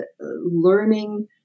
learning